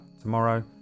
tomorrow